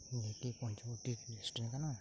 ᱱᱤᱭᱟᱹᱠᱤ Panchavati restaurant ᱠᱟᱱᱟ